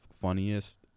funniest